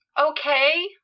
Okay